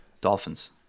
Dolphins